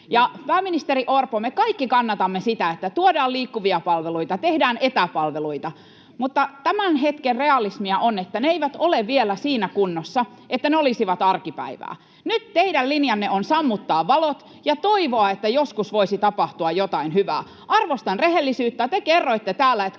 pääministeri Orpo, me kaikki kannatamme sitä, että tuodaan liikkuvia palveluita, tehdään etäpalveluita, mutta tämän hetken realismia on, että ne eivät ole vielä siinä kunnossa, että ne olisivat arkipäivää. Nyt teidän linjanne on sammuttaa valot ja toivoa, että joskus voisi tapahtua jotain hyvää. Arvostan rehellisyyttä: te kerroitte täällä, että